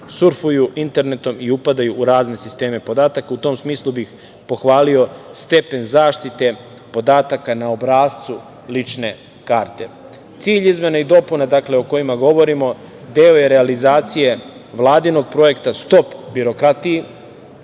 surfuju internetom i upadaju u razne sisteme podataka. U tom smislu bih pohvalio stepen zaštite podataka na obrascu lične karte. Cilj izmene i dopuna o kojima govorimo deo je realizacije Vladinog projekta „Stop birokratiji“,